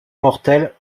mortel